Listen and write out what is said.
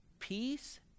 Peace